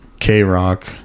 k-rock